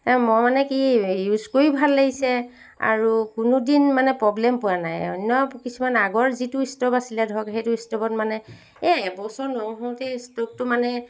মই মানে কি ইউজ কৰিও ভাল লাগিছে আৰু কোনোদিন মানে প্ৰবলেম পোৱা নাই অন্য কিছুমান আগৰ যিটো ষ্ট'ভ আছিলে ধৰক সেইটো ষ্ট'ভত মানে এই এবছৰ নৌ হওঁতেই ষ্ট'ভটো মানে